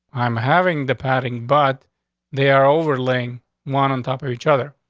i'm having the padding, but they are overlaying one on top of each other.